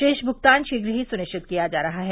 शेष भुगतान शीघ्र ही सुनिश्चित किया जा रहा है